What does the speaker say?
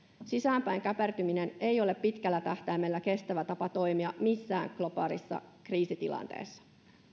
sisäänpäin käpertyminen ei ole pitkällä tähtäimellä kestävä tapa toimia missään globaalissa kriisitilanteessa